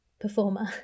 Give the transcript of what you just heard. performer